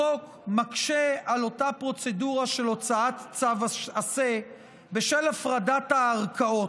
החוק מקשה על אותה פרוצדורה של הוצאת צו עשה בשל הפרדת הערכאות.